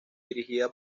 dirigida